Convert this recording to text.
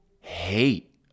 hate